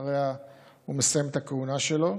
ואחריהן הוא מסיים את הכהונה שלו.